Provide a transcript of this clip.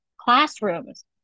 classrooms